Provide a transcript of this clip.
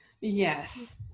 Yes